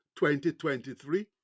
2023